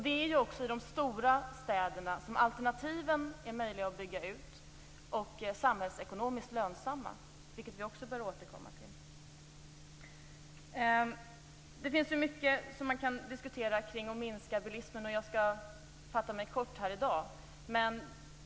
Det är också i de stora städerna som alternativen är möjliga att bygga ut och kan bli samhällsekonomiskt lönsamma, vilket vi också bör återkomma till. Det finns mycket att diskutera i fråga om att minska bilismen, och jag skall fatta mig kort här i dag.